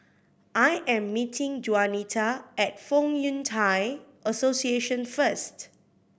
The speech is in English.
I am meeting Juanita at Fong Yun Thai Association first